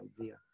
idea